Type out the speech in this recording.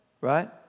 right